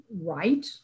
right